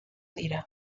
dira